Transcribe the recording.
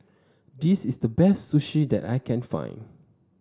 this is the best Sushi that I can find